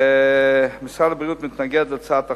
משרד הבריאות מתנגד להצעת החוק.